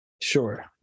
Sure